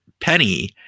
penny